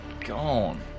gone